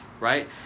right